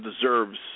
deserves